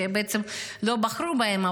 שעצם לא בחרו בהם.